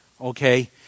okay